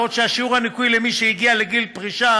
בעוד שיעור הניכוי למי שהגיע לגיל פרישה